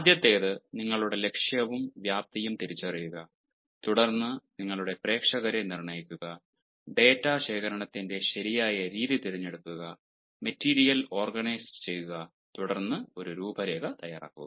ആദ്യത്തേത് നിങ്ങളുടെ ലക്ഷ്യവും വ്യാപ്തിയും തിരിച്ചറിയുക തുടർന്ന് നിങ്ങളുടെ പ്രേക്ഷകരെ നിർണ്ണയിക്കുക ഡാറ്റ ശേഖരണത്തിന്റെ ശരിയായ രീതി തിരഞ്ഞെടുക്കുക മെറ്റീരിയൽ ഓർഗനൈസുചെയ്യുക തുടർന്ന് ഒരു രൂപരേഖ തയ്യാറാക്കുക